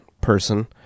person